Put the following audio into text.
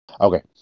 Okay